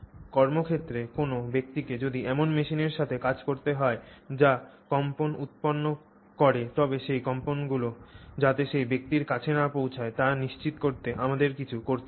কর্মক্ষেত্রে কোনও ব্যক্তিকে যদি এমন মেশিনের সাথে কাজ করতে হয় যা কম্পন উৎপন্ন করে তবে সেই কম্পনগুলি যাতে সেই ব্যক্তির কাছে না পৌঁছায় তা নিশ্চিত করতে আমাদের কিছু করতে হবে